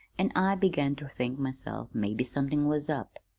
an' i began ter think myself maybe somethin' was up.